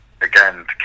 again